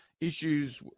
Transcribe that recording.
issues